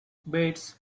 beds